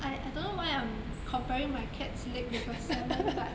I I don't know why I'm comparing my cats leg with a salmon but